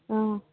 অ